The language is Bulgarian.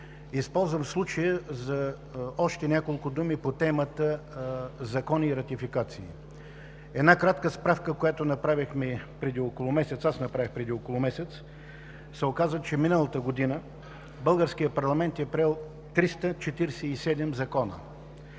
Използвам случая за още няколко думи по темата „Закони и ратификации“. От една кратка справка, която аз направих преди около месец, се оказа, че миналата година българският парламент е приел 347 закона.